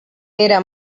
era